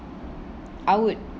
I would